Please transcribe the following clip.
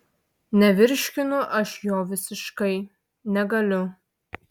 nevirškinu aš jo visiškai negaliu